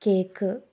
cake